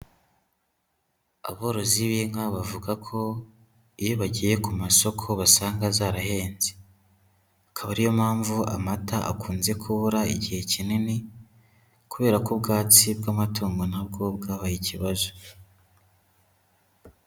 Aborozi b'inka bavuga ko iyo bagiye ku masoko basanga zarahenze. Akaba ariyo mpamvu amata akunze kubura igihe kinini, kubera ko ubwatsi bw'amatungo na bwo bwabaye ikibazo.